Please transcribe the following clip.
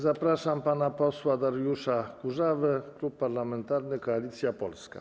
Zapraszam pana posła Dariusza Kurzawę, Klub Parlamentarny Koalicja Polska.